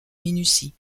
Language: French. minutie